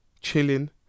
Chilling